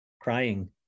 crying